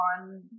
on